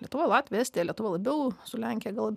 lietuva latvija estija lietuva labiau su lenkija gal